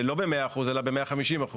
לא ב-100% אלא ב-150%?